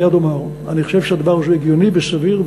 אני מייד אומר: אני חושב שהדבר הזה הגיוני וסביר,